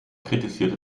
kritisierte